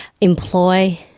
employ